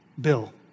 Bill